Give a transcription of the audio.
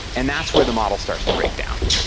and that's where the model starts to break down.